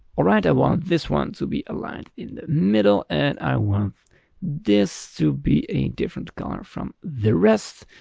alright, i want this one to be aligned in the middle. and i want this to be a different color from the rest.